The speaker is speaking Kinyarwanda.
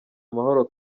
amahoro